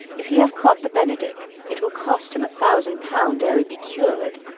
if he have caught the benedick, it will cost him a thousand pound ere a' be cured.